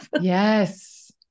Yes